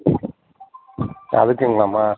அதுக்குங்களமா